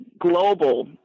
global